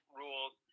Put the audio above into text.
rules